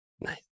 Nice